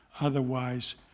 Otherwise